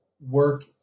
work